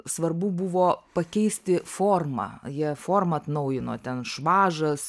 svarbu buvo pakeisti formą jie formą atnaujino ten švažas